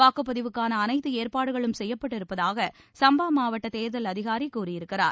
வாக்குப்பதிவுக்கான அனைத்து ஏற்பாடுகளும் செய்யப்பட்டு இருப்பதாக சும்பா மாவட்ட தேர்தல் அதிகாரி கூறியிருக்கிறார்